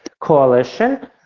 coalition